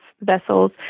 vessels